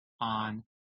on